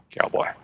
Cowboy